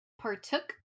partook